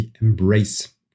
Embrace